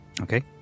Okay